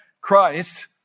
Christ